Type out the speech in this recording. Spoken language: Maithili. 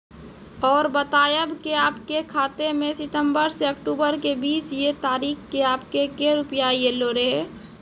और बतायब के आपके खाते मे सितंबर से अक्टूबर के बीज ये तारीख के आपके के रुपिया येलो रहे?